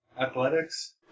Athletics